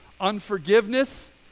Unforgiveness